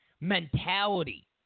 mentality